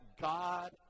God